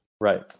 Right